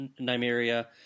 Nymeria